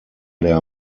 der